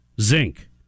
Zinc